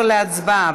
חבר הכנסת אמיר אוחנה,